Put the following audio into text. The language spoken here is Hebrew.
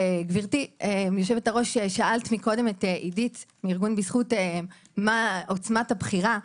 גברתי יושבת-הראש שאלת את עידית מארגון בזכות מהי עצמת הבחירה.